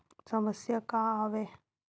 समस्या का आवे?